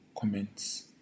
comments